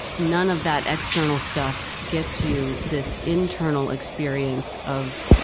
none of that external stuff gets you this internal experience of